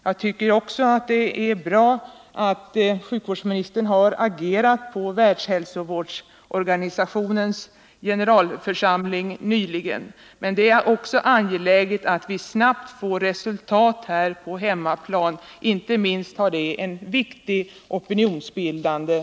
Jag anser också det är bra att sjukvårdsministern har agerat på Världshälsoorganisationens generalförsamling nyligen, men det är angeläget att vi snabbt når resultat här på hemmaplan i lagstiftningsfrågan. Detta har betydelse inte minst för opinionsbildningen.